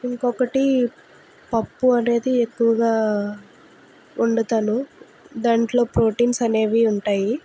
ఇంకొకటి పప్పు అనేది ఎక్కువగా వండుతాను దాంట్లో ప్రోటీన్స్ అనేవి ఉంటాయి